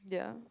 yeah